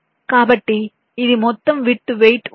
కాబట్టి ఇది మొత్తం విడ్త్ వెయిట్ ఉంటుంది